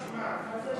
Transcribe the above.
תקרא, נשמע.